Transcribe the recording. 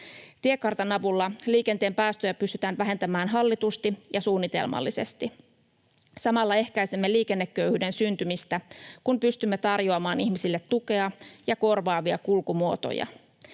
Tiekartan avulla liikenteen päästöjä pystytään vähentämään hallitusti ja suunnitelmallisesti. Samalla ehkäisemme liikenneköyhyyden syntymistä, kun pystymme tarjoamaan ihmisille tukea ja korvaavia kulkumuotoja.